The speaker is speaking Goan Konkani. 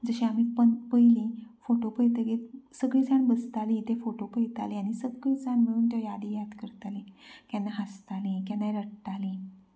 जशे आमी पयलीं फोटो पळयतकच सगलीं जाण बसतालीं ते फोटो पळयताली आनी सगलीं जाण मेळून त्यो यादी याद करताली केन्ना हांसताली केन्ना रडटाली